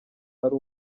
ari